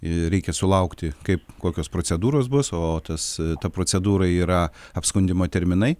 ir reikia sulaukti kaip kokios procedūros bus o tas ta procedūra yra apskundimo terminai